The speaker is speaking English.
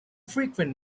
frequent